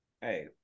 hey